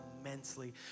immensely